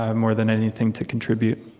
ah more than anything, to contribute